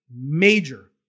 major